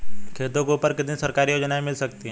खेतों के ऊपर कितनी सरकारी योजनाएं मिल सकती हैं?